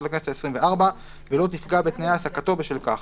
לכנסת העשרים וארבע ולא תפגע בתנאי העסקתו בשל כך.